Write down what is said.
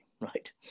right